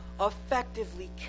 effectively